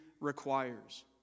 requires